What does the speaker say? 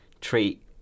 treat